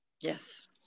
Yes